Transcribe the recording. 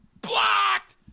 blocked